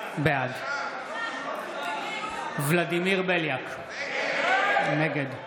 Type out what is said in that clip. בעד ולדימיר בליאק, נגד נגד.